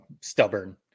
stubborn